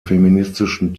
feministischen